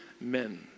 men